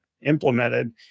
implemented